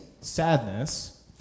sadness